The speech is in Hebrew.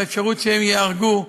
ואפשרות שהם ייהרגו.